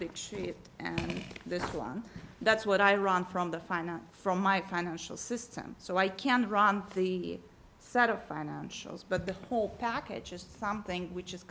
thick sheet and this one that's what i ran from the fina from my financial system so i can run the set of financials but the whole package just something which is